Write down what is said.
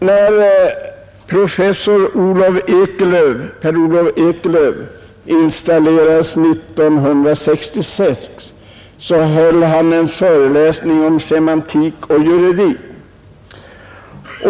När professor Per Olof Ekelöf installerades 1966 höll han en föreläsning om semantik och juridik.